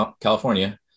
California